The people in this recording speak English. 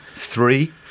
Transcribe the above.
Three